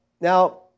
Now